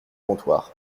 comptoir